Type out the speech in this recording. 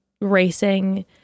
racing